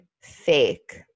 fake